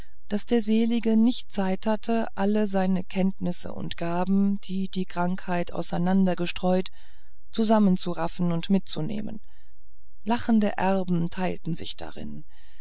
daß der selige nicht zeit hatte alle seine kenntnisse und gaben die die krankheit auseinandergestreut zusammenzuraffen und mitzunehmen lachende erben teilten sich darin